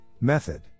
method